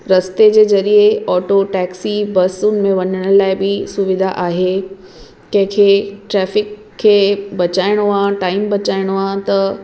रस्ते जे जरिए ऑटो टॅक्सी बसुनि में वञण लाइ बि सुविधा आहे कंहिं खे ट्रॅफ़िक खे बचाइणो आहे टाइम बचाइणो आहे त